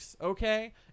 Okay